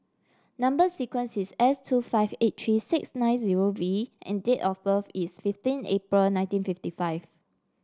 number sequence is S two five eight three six nine zero V and date of birth is fifteen April nineteen fifty five